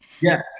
Yes